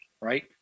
right